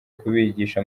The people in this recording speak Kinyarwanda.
kubigisha